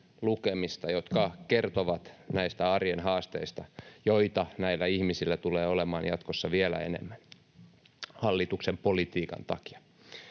jotka kertovat näistä arjen haasteista, joita näillä ihmisillä tulee olemaan jatkossa vielä enemmän hallituksen politiikan takia.